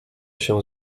się